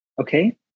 Okay